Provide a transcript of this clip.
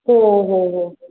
हो हो हो